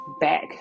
back